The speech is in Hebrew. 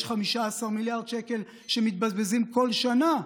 15 מיליארד שקל מתבזבזים כל שנה.